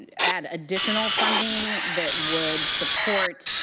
add additional funding that would support